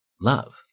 love